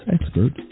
expert